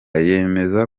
yemeza